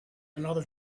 another